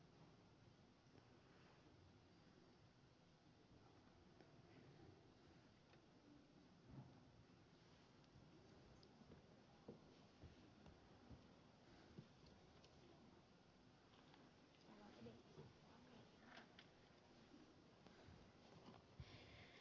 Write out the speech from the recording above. arvoisa puhemies